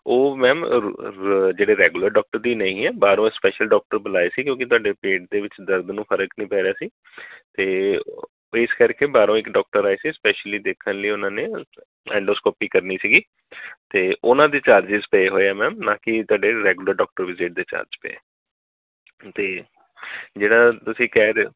ਉਹ ਮੈਮ ਜਿਹੜੇ regular doctor ਦੀ ਨਹੀਂ ਹੈ ਬਾਹਰੋਂ ਸਪੈਸ਼ਲ ਡਾਕਟਰ ਬੁਲਾਏ ਸੀ ਕਿਉਂਕਿ ਤੁਹਾਡੇ ਪੇਟ ਦੇ ਵਿੱਚ ਦਰਦ ਨੂੰ ਫਰਕ ਨਹੀਂ ਪੈ ਰਿਹਾ ਸੀ ਤੇ ਇਸ ਕਰਕੇ ਬਾਹਰੋਂ ਇੱਕ ਡਾਕਟਰ ਆਏ ਸੀ ਸਪੈਸ਼ਲੀ ਦੇਖਣ ਲਈ ਉਹਨਾਂ ਨੇ ਇੰਡੋਸਕੋਪੀ ਕਰਨੀ ਸੀਗੀ ਤੇ ਉਹਨਾਂ ਦੀ ਚਾਰਜਿਸ ਪਏ ਹੋਏ ਆ ਮੈਮ ਨਾ ਕਿ ਤੁਹਾਡੇ ਰੈਗੂਲਰ ਡਾਕਟਰ ਵੀਜੀਟ ਦੇ ਚਾਰਜ ਪਏ ਆ ਤੇ ਜਿਹੜਾ ਤੁਸੀਂ ਕਹਿ ਰਹੇ